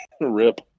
Rip